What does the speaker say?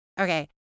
okay